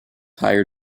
higher